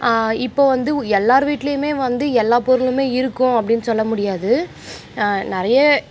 இப்போது வந்து எல்லாேர் வீட்லேயுமே வந்து எல்லாப் பொருளுமே இருக்கும் அப்படின்னு சொல்ல முடியாது நிறைய